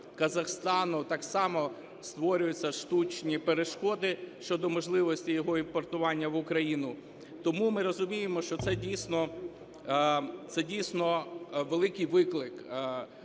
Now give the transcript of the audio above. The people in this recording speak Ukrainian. Казахстану, так само створюються штучні перешкоди щодо можливості його імпортування в Україну. Тому ми розуміємо, що це, дійсно, великий виклик